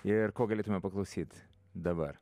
ir ko galėtumėm paklausyt dabar